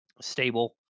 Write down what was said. stable